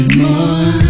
more